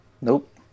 Nope